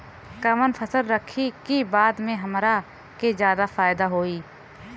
कवन फसल रखी कि बाद में हमरा के ज्यादा फायदा होयी?